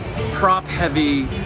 prop-heavy